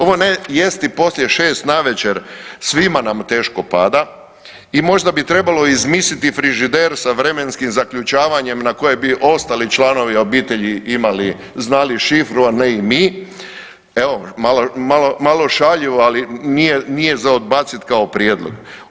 Ovo ne jesti poslije 6 navečer svima nam teško pada i možda bi trebalo izmisliti frižider sa vremenskim zaključavanjem na koje bi ostali članovi obitelji imali, znali šifru, a ne i mi, evo malo šaljivo ali nije za odbaciti kao prijedlog.